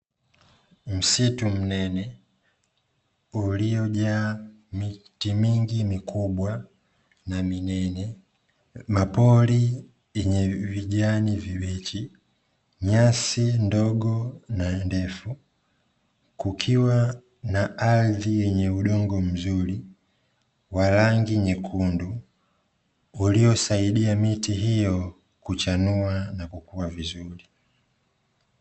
Msitu mnene uliojaa miti mingi mikubwa na minene, mapori yenye vijani vibichi, nyasi ndogo na ndefu. Kukiwa na ardhi yenye udongo mzuri wa rangi nyekundu uliosaidia miti hiyo kuchanua na kukua vizuri.